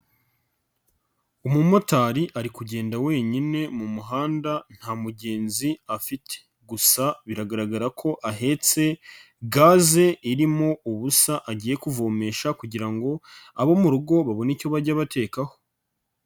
Umumotari ari kugenda wenyine mu muhanda nta mugenzi afite, gusa biragaragara ko ahetse gaze irimo ubusa agiye kuvomesha kugira ngo abo mu rugo babone icyo bajya bakekaho.